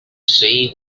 see